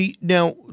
Now